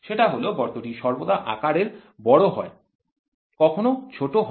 সেটা হল গর্তটি সর্বদা আকারের বড় হয়ে যায় কখনো ছোট হয় না